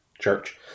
church